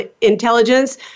intelligence